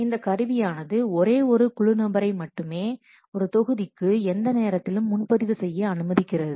இந்த கருவியானது ஒரே ஒரு குழு நபரை மட்டும் ஒரு தொகுதிக்கு எந்த நேரத்திலும் முன்பதிவு செய்ய அனுமதிக்கிறது